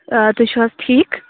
آ تُہۍ چھِو حظ ٹھیٖک